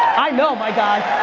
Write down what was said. i know, my guy.